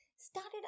started